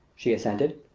she assented.